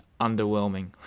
underwhelming